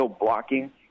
blocking